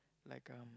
like uh